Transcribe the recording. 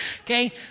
Okay